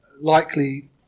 likely